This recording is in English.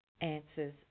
answers